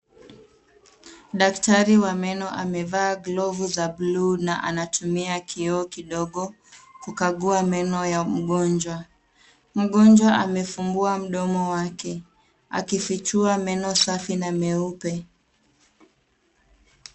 Daktari wa meno amevaa glovu za bluu na anatumia kioo kukagua meno ya mgonjwa. Mgonjwa amefumbua mdomo wake akifichua meno safi na meupe.